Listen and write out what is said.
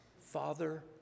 Father